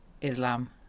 Islam